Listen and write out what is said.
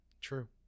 True